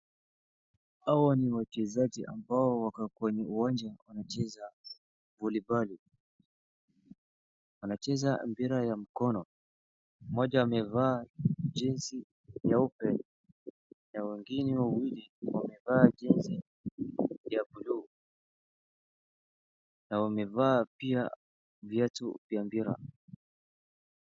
Hawa ni wachezaji ambao wako kwenye uwanja wanacheza voli boli. Wanacheza mpira ya mkono, mmoja amevaa jezi nyeupe na wengine wawili wamevaa jezi ya buluu na wamevaa pia viatu vya mpira.